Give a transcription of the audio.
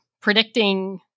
predicting